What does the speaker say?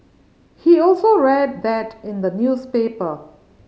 he also read that in the newspaper